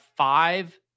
Five